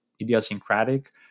idiosyncratic